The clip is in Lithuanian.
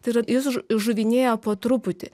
tai yra jis žu žuvinėja po truputį